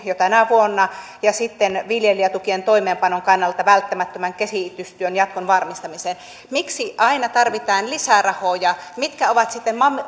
jo tänä vuonna ja sitten viljelijätukien toimeenpanon kannalta välttämättömän kehitystyön jatkon varmistamiseen miksi aina tarvitaan lisärahoja mitkä ovat sitten